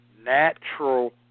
natural